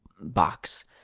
box